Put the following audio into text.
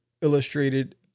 illustrated